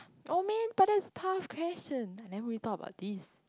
oh man but that's tough question I never really thought about this